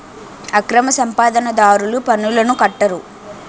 అక్రమ సంపాదన దారులు పన్నులను కట్టరు